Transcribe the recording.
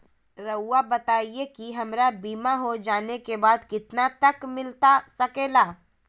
रहुआ बताइए कि हमारा बीमा हो जाने के बाद कितना तक मिलता सके ला?